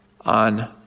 on